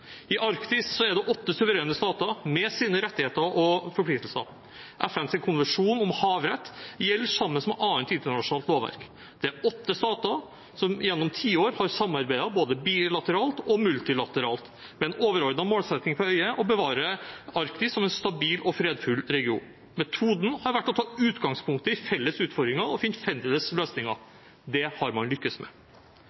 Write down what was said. I Arktis er det åtte suverene stater med sine rettigheter og forpliktelser. FNs konvensjon om havrett gjelder sammen med annet internasjonalt lovverk. Det er åtte stater som gjennom tiår har samarbeidet både bilateralt og multilateralt med en overordnet målsetting for øye: å bevare Arktis som en stabil og fredfull region. Metoden har vært å ta utgangspunkt i felles utfordringer og finne felles løsninger.